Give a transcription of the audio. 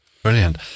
Brilliant